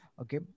Okay